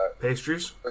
Pastries